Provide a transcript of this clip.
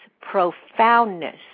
profoundness